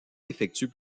effectuent